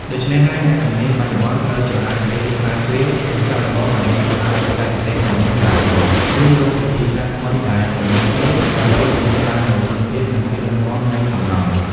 ដូច្នេះហើយ អ្នកជំនាញបច្ចុប្បន្នត្រូវចំណាយពេលស្រាវជ្រាវ និងសាកល្បងដើម្បីស្ដារបច្ចេកទេសទាំងនោះឡើងវិញ ឬរកវិធីសាស្រ្តថ្មីដែលស្រដៀងគ្នាដើម្បីធានាបាននូវគុណភាព និងភាពរឹងមាំនៃសំណង់។